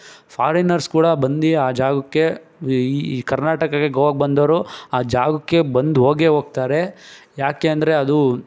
foreigners ಕೂಡ ಬಂದು ಆ ಜಾಗಕ್ಕೆ ಈ ಕರ್ನಾಟಕಕ್ಕೆ ಗೋವಾಕ್ಕೆ ಬಂದವರು ಆ ಜಾಗಕ್ಕೆ ಬಂದು ಹೋಗೇ ಹೋಗ್ತಾರೆ ಯಾಕೆ ಅಂದರೆ ಅದು